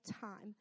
time